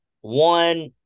one